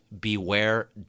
beware